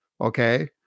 okay